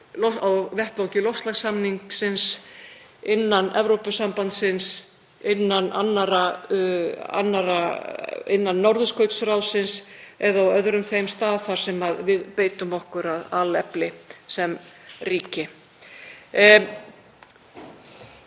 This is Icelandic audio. á vettvangi loftslagssamningsins, innan Evrópusambandsins, innan Norðurskautsráðsins eða á öðrum þeim stað þar sem við beitum okkur af alefli sem ríki. Ég